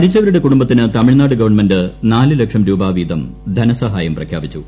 മരിച്ചവരുടെ കുടുംബത്തിന് തമിഴ്നാട് ഗവൺമെന്റ് നാല് ലക്ഷം രൂപ വീതം ധനസഹായം പ്രഖ്യാപിച്ചു